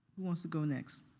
wants to go next?